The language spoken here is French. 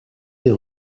des